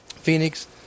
Phoenix